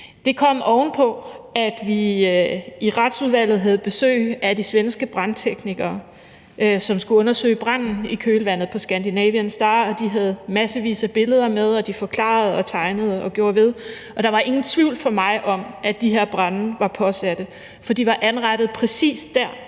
Det kom oven på, at vi i Retsudvalget havde besøg af de svenske brandteknikere, som skulle undersøge branden i kølvandet på »Scandinavian Star«. De havde massevis af billeder med, og de forklarede og tegnede og gjorde ved, og der var ingen tvivl for mig om, at de her brande var påsat, for de var antændt præcis dér,